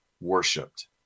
worshipped